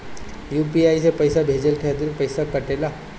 UPI से पइसा भेजने के खातिर पईसा कटेला?